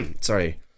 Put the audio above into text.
sorry